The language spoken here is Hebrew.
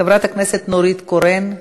חברת הכנסת נורית קורן.